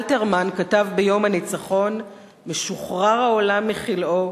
אלתרמן כתב ביום הניצחון: "שוחרר העולם מכלאו,